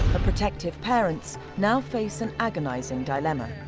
protective parents now face an agonizing dilemma,